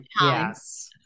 yes